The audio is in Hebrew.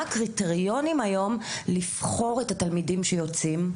הקריטריונים היום לבחור את התלמידים שיוצאים.